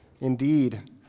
indeed